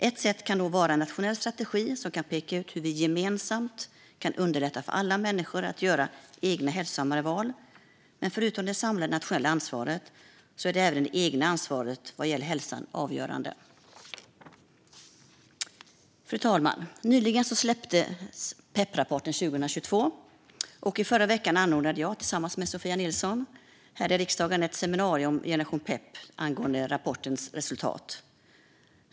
Ett sätt kan vara en nationell strategi som kan peka ut hur vi gemensamt kan underlätta för alla människor att göra egna hälsosammare val, men förutom det samlade nationella ansvaret är även det egna ansvaret för hälsan avgörande. Fru talman! Nyligen släpptes Pep-rapporten 2022, och i förra veckan anordnade jag tillsammans med Sofia Nilsson här i riksdagen ett seminarium med Generation Pep med anledning av rapportens resultat.